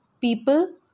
people